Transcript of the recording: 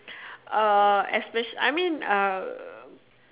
uh especially I mean uh